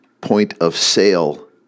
point-of-sale